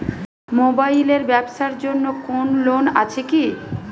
Mobile এর ব্যাবসার জন্য কোন লোন আছে কি?